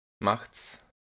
Macht's